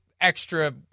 extra